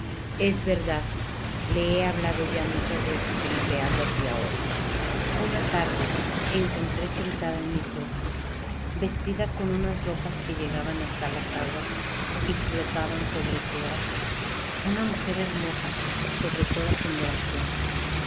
es verdad la he hablado ya muchas veces como te hablo á tí ahora una tarde encontré sentada en mi puesto y vestida con unas ropas que llegaban hasta las aguas y flotaban sobre su haz una mujer hermosa sobre toda ponderación